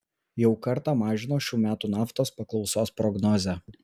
jau kartą mažino šių metų naftos paklausos prognozę